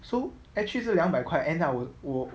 so actually 是两百块 end up 我